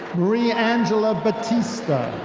maria angela batista.